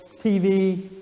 TV